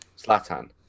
Slatan